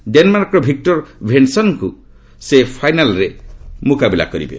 ଡେନ୍ମାର୍କର Victor ଭେଣ୍ସନ୍ଙ୍କୁ ସେ ଫାଇନାଲ୍ରେ ମୁକାବିଲା କରିବେ